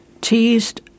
teased